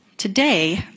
Today